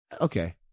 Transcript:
okay